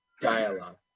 dialogue